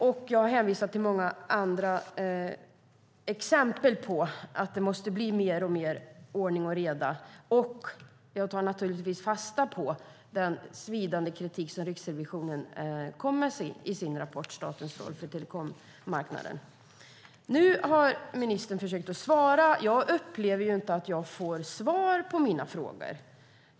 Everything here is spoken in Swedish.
Jag har dessutom gett många andra exempel på att det måste bli mer ordning och reda, och jag tar naturligtvis fasta på den svidande kritik som Riksrevisionen kom med i sin rapport Statens roll på telekommarknaden . Nu har ministern försökt att svara. Jag upplever ju inte att jag får svar på mina frågor.